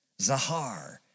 Zahar